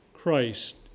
Christ